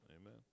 Amen